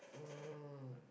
um